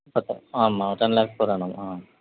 பத்தா ஆமாம் ten lakhs per annum ஆ